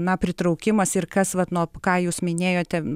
na pritraukimas ir kas vat nu ką jūs minėjote